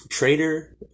Trader